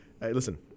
Listen